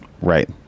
right